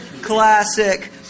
classic